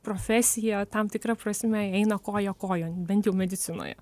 profesija tam tikra prasme eina koja kojon bent jau medicinoje